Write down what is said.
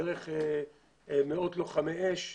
דרך מאות לוחמי אש,